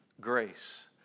Grace